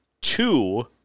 two